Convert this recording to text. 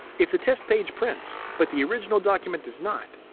if the test page prints, but the original document does not,